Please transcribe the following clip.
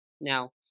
Now